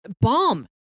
bomb